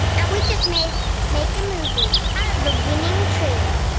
and we just may make a movie out of the winning trailer.